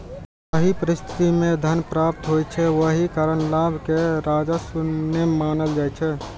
जाहि परिस्थिति मे धन प्राप्त होइ छै, ओहि कारण लाभ कें राजस्व नै मानल जाइ छै